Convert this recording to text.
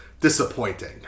disappointing